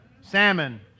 Salmon